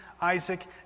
Isaac